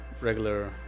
regular